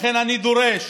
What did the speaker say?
לכן אני דורש